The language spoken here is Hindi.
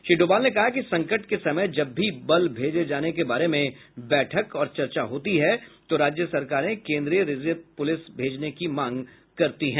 श्री डोभाल ने कहा कि संकट के समय जब भी बल भेजे जाने के बारे में बैठक और चर्चा होती है तो राज्य सरकारें केन्द्रीय रिजर्व पुलिस भेजने की मांग करते हैं